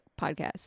podcast